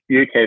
uk